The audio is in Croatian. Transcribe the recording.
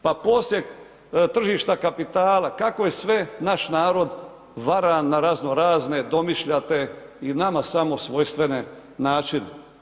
Pa poslije tržišta kapitala, kako je sve naš narod varan na razno razne domišljate i nama samo svojstvene načine.